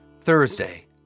Thursday